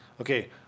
Okay